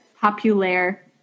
Populaire